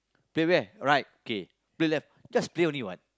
play where right okay play left just play only what